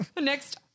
Next